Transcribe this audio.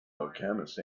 alchemist